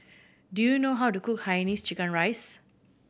do you know how to cook Hainanese chicken rice